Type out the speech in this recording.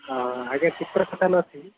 ଅ ହ ଆଜ୍ଞା ଚିତ୍ର ଖାତା ହେଲେ ଅଛି